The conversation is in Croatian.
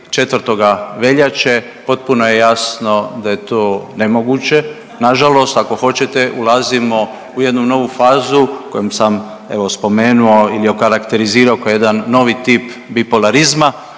nakon 24. veljače, potpuno je jasno da je to nemoguće, nažalost, ako hoćete, ulazimo u jednu novu fazu kojom sam evo, spomenuo ili okarakterizirao kao jedan novi tip bipolarizma,